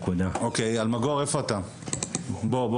וכשאנחנו באים ליחידה לספורט הישגי אומרים לנו שאנחנו לא